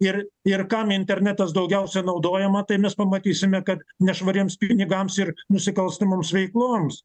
ir ir kam internetas daugiausia naudojama tai mes pamatysime kad nešvariems pinigams ir nusikalstamoms veikloms